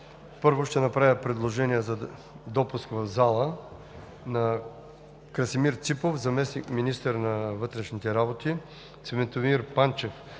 Първо, ще направя предложение за допуск в залата на Красимир Ципов – заместник-министър на вътрешните работи, Цветомир Панчев